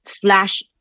flash